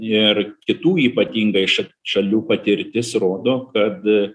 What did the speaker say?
ir kitų ypatingai ša šalių patirtis rodo kad